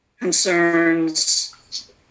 concerns